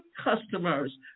customers